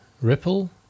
Ripple